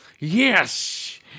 Yes